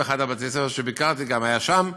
אחד מבתי-הספר שביקרתי היה שם,